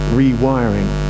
rewiring